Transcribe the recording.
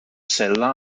sella